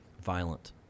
Violent